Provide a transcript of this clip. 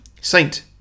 Saint